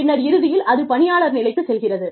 பின்னர் இறுதியில் அது பணியாளர் நிலைக்குச் செல்கிறது